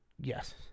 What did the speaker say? Yes